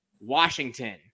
Washington